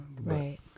Right